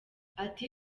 ati